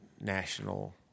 national